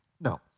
No